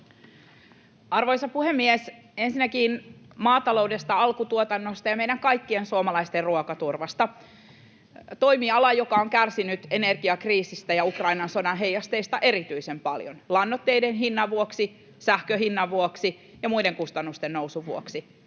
Arvoisa puhemies! Ensinnäkin maataloudesta, alkutuotannosta ja meidän kaikkien suomalaisten ruokaturvasta — toimialasta, joka on kärsinyt energiakriisistä ja Ukrainan sodan heijasteista erityisen paljon lannoitteiden hinnan vuoksi, sähkön hinnan vuoksi ja muiden kustannusten nousun vuoksi,